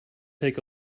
take